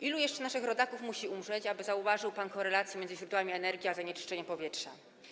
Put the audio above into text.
Ilu jeszcze naszych rodaków musi umrzeć, aby zauważył pan korelację między źródłami energii a zanieczyszczeniem powietrza?